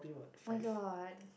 oh-my-god